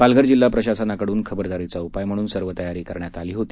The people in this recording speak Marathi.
पालघर जिल्हा प्रशासनकडून खबरदारीचा उपाय म्हणून सर्व तयारी करण्यात आली होती